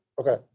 Okay